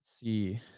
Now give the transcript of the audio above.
see